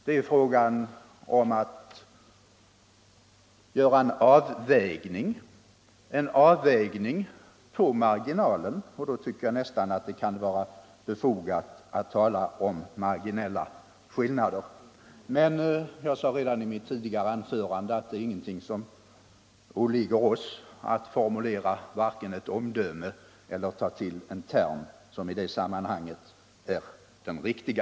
Det är fråga om en avvägning på marginalen, och då tycker jag nästan att det kan vara befogat att tala om marginella skillnader. Men jag sade redan i mitt tidigare anförande att det inte åligger oss vare sig att formulera ett omdöme eller att välja den term som i detta sammanhang kan vara den riktiga.